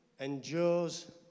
endures